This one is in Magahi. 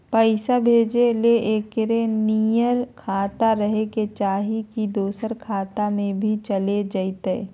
पैसा भेजे ले एके नियर खाता रहे के चाही की दोसर खाता में भी चलेगा जयते?